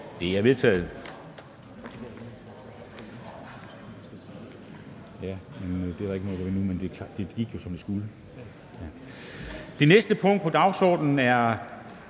Det er vedtaget.